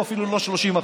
הוא אפילו לא 30%,